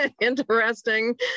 interesting